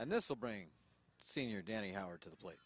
and this will bring senior danny howard to the plate